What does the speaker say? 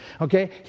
Okay